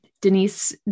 Denise